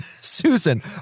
Susan